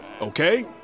okay